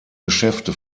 geschäfte